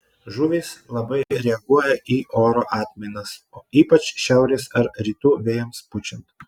žuvys labai reaguoja į oro atmainas ypač šiaurės ar rytų vėjams pučiant